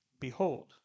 behold